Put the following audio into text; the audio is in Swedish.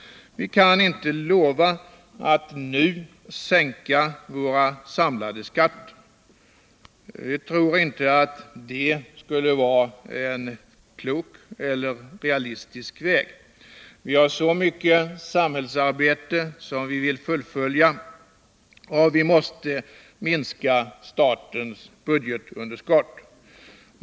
Vi kan inte lova att nu sänka våra samlade skatter. Vi tror inte att det skulle vara en klok eller realistisk väg. Vi har så mycket samhällsarbete som vi vill fullfölja, och vi måste minska statens budgetunderskott.